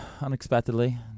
unexpectedly